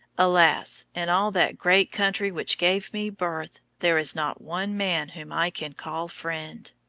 alas, in all that great country which gave me birth there is not one man whom i can call friend.